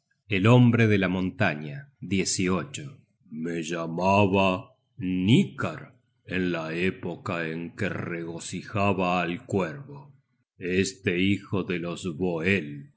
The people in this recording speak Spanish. el hombre de la montaña me llamaba hnikar en la época en que regocijaba al cuervo este hijo de los voel